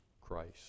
Christ